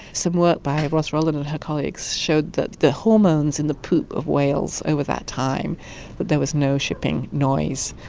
some work by ros rolland and her colleagues showed that the hormones in the poop of whales over that time when but there was no shipping noise,